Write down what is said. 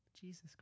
Jesus